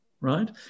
right